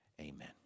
Amen